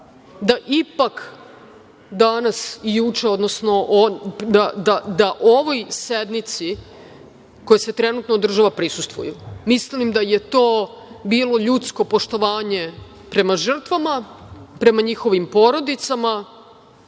da ipak danas i juče, odnosno da ovoj sednici koja se trenutno održava, prisustvuju. Mislim da je to bilo ljudsko poštovanje prema žrtvama, prema njihovim porodicama,